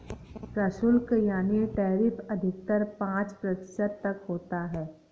प्रशुल्क यानी टैरिफ अधिकतर पांच प्रतिशत तक होता है